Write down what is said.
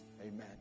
Amen